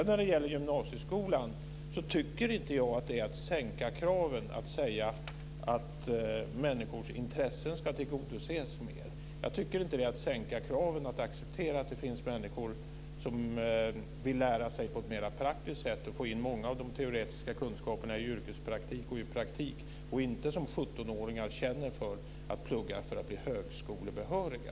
När det gäller gymnasieskolan tycker jag inte att det är att sänka kraven att säga att människors intressen ska tillgodoses mer. Jag tycker inte att det är att sänka kraven att acceptera att det finns människor som vill lära sig på ett mer praktiskt sätt och få in många av de teoretiska kunskaperna i yrkespraktik och annan praktik. Det finns 17-åringar som inte känner för att plugga för att bli högskolebehöriga.